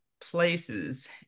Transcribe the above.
places